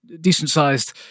decent-sized